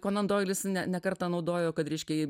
konan doilis ne ne kartą naudojo kad reiškia